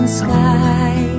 sky